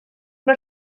mae